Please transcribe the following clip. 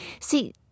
See